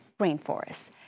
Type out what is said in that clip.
rainforests